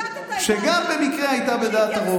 ציטטת את ----- שגם במקרה הייתה בדעת הרוב.